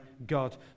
God